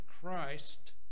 Christ